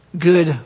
good